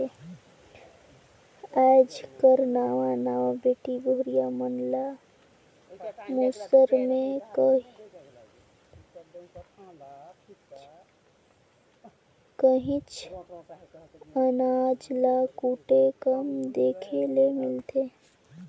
आएज कर नावा नावा बेटी बहुरिया मन ल मूसर में काहींच अनाज ल कूटत कम देखे ले मिलथे